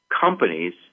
companies